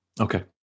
Okay